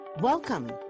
Welcome